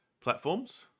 platforms